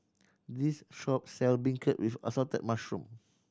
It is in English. this shop sell beancurd with assorted mushroom